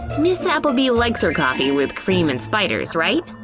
miss appleby likes our coffee with cream and spiders right